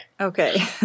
Okay